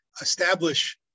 establish